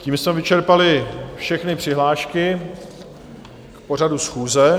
Tím jsme vyčerpali všechny přihlášky k pořadu schůze.